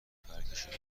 پرکشید